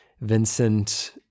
Vincent